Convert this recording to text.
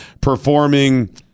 performing